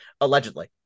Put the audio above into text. Allegedly